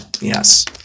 yes